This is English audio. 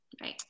Right